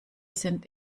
sind